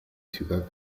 ciudad